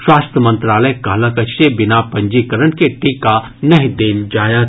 स्वास्थ्य मंत्रालय कहलक अछि जे बिना पंजीकरण के टीका नहि देल जायत